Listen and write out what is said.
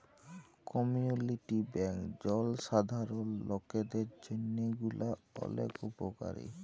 community bank জলসাধারল লকদের জন্হে গুলা ওলেক উপকারী